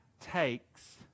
takes